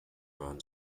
run